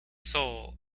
soul